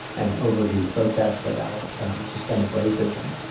and overdue protests about systemic racism,